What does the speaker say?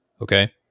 okay